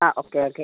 ആ okay okay